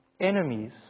enemies